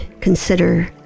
consider